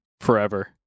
forever